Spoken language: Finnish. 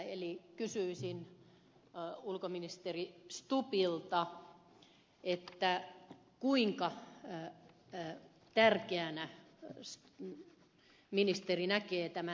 eli kysyisin ulkoministeri stubbilta kuinka tärkeänä ministeri näkee lähialueyhteistyön